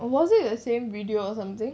or was it the same video or something